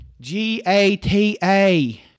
G-A-T-A